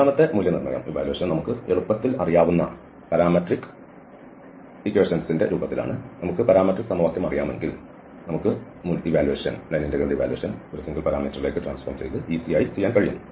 രണ്ടാമത്തെ മൂല്യനിർണ്ണയം നമുക്ക് എളുപ്പത്തിൽ അറിയാവുന്ന പാരാമീറ്റർ സമവാക്യം അറിയാമെങ്കിൽ നമുക്ക് അത് ചെയ്യാൻ കഴിയും